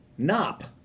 Nop